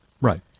Right